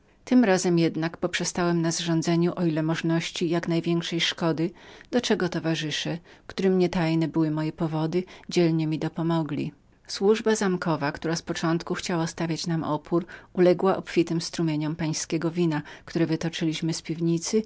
tym razem jednak poprzestałem na zrządzeniu o ile możności jak największej szkody do czego towarzysze którym nie tajne były moje powody dzielnie mi dopomogli służba zamkowa która z początku chciała stawiać nam opór uległa obfitym strumieniom pańskiego wina które wytoczyliśmy z piwnicy